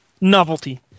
novelty